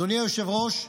אדוני היושב-ראש,